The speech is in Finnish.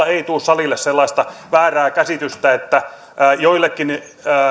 ei tule salille sellaista väärää käsitystä että joillekin